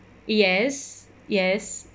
yes yes